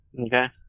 okay